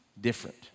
different